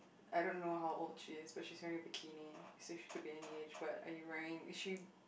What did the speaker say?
I dunno how old she is but she's wearing a bikini she seems to be any age but are you wearing she